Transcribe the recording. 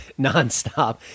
nonstop